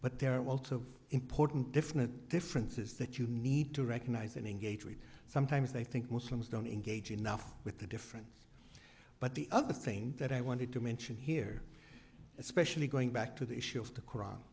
but there are also important definite differences that you need to recognize and engage with sometimes i think muslims don't engage enough with the different but the other thing that i wanted to mention here especially going back to the issue of the